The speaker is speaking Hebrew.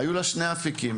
שהיו לו שני אפיקים: